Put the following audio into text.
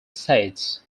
states